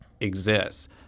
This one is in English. exists